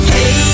Hey